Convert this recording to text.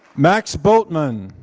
max bultman.